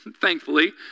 Thankfully